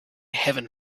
heaven